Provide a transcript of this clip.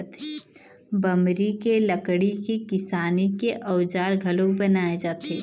बमरी के लकड़ी के किसानी के अउजार घलोक बनाए जाथे